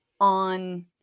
on